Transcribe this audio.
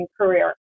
career